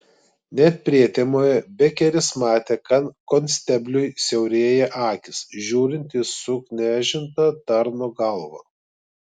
net prietemoje bekeris matė kad konstebliui siaurėja akys žiūrint į suknežintą tarno galvą